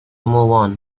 move